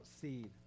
seed